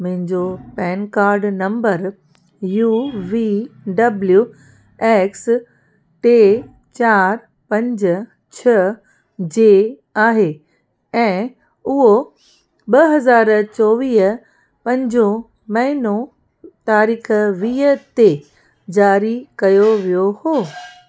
मुहिंजो PAN card number U V W X टे चारि पंज छह जे आहे ऐं उहो ॿ हज़ार चोवीह पंजों महीनो तारीख़ वीह ते जारी कयो वियो हो